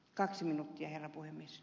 kaksi minuuttia herra puhemies